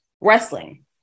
wrestling